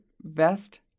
vest